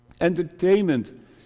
entertainment